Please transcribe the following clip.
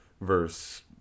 versus